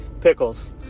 Pickles